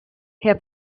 herr